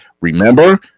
Remember